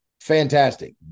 fantastic